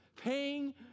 paying